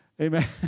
amen